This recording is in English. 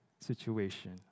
situation